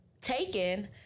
Taken